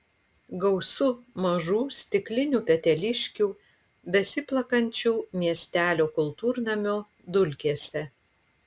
gausu mažų stiklinių peteliškių besiplakančių miestelio kultūrnamio dulkėse